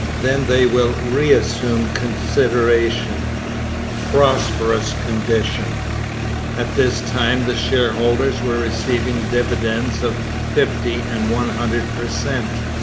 then they will reassume consideration prosperous condition at this time the shareholders were receiving dividends of fifty and one hundred per cent.